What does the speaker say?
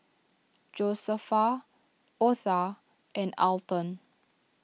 Josefa Otha and Alton